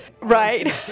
Right